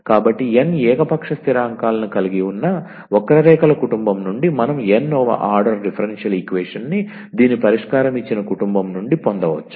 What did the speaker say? కాబట్టి n ఏకపక్ష స్థిరాంకాలను కలిగి ఉన్న వక్రరేఖల కుటుంబం నుండి మనం n వ ఆర్డర్ డిఫరెన్షియల్ ఈక్వేషన్ని దీని పరిష్కారం ఇచ్చిన కుటుంబం నుండి పొందవచ్చు